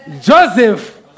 Joseph